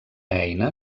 eina